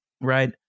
right